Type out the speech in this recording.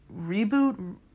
reboot